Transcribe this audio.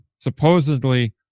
supposedly